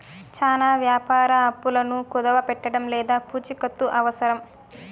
చానా వ్యాపార అప్పులను కుదవపెట్టడం లేదా పూచికత్తు అవసరం